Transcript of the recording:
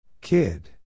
Kid